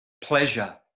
Pleasure